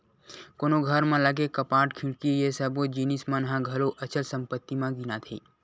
कोनो घर म लगे कपाट, खिड़की ये सब्बो जिनिस मन ह घलो अचल संपत्ति म गिनाथे